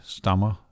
stammer